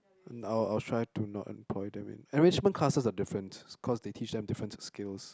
and I'll I'll try to not employ them in enrichment classes are different because it teach them different skills